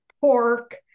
pork